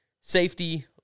safety